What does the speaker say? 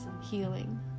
healing